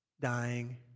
dying